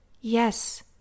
Yes